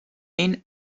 این